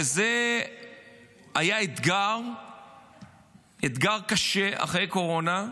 וזה היה אתגר קשה אחרי הקורונה,